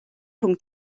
rhwng